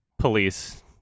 police